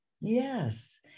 Yes